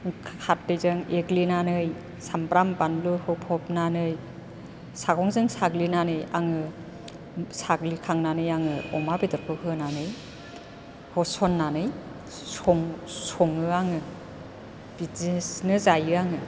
खारदैजों एग्लिनानै साम्ब्राम बानलु होफबनानै सागंजों साग्लिनानै आङो साग्लिखांनानै आङो अमा बेदरखौ होनानै होसननानै सङो आङो बिदिनो जायो आङो